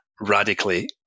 radically